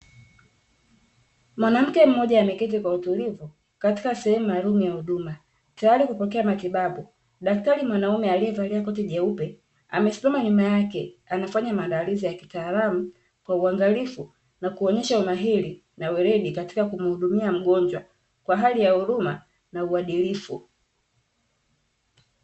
Mwanamke mmoja ameketi kwa utulivu katika sehemu maalum ya huduma, tayari kupokea matibabu, daktari mwanaume aliyevalia koti jeupe amesimama nyuma yake anafanya maandalizi ya kitaalamu kwa uangalifu na kuonyesha umahiri na weredi katika kumhudumia mgonjwa kwa hali ya huruma na uadilifu.